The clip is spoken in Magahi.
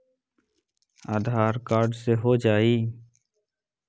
आधार कार्ड से हो जाइ?